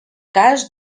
cas